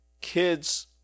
kids